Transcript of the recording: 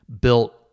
built